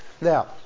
Now